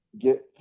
get